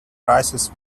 prices